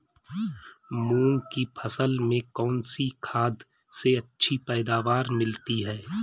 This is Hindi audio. मूंग की फसल में कौनसी खाद से अच्छी पैदावार मिलती है?